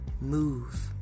move